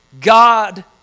God